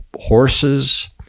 horses